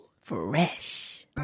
Fresh